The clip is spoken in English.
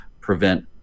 prevent